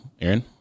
aaron